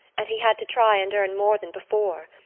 and he had to try and earn more than before.